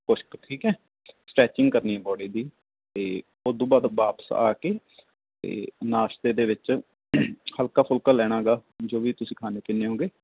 ਕੁਛ ਕੁ ਠੀਕ ਹੈ ਸਟਰੈਚਿੰਗ ਕਰਨੀ ਬੋਡੀ ਦੀ ਅਤੇ ਉੱਦੋਂ ਬਾਅਦ ਵਾਪਿਸ ਆ ਕੇ ਅਤੇ ਨਾਸ਼ਤੇ ਦੇ ਵਿੱਚ ਹਲਕਾ ਫੁਲਕਾ ਲੈਣਾ ਗਾ ਜੋ ਵੀ ਤੁਸੀਂ ਖਾਂਦੇ ਪੀਂਦੇ ਹੋਊਗੇ